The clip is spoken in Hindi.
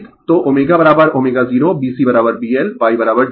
तो ωω0 B CB LYG पर